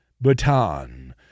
baton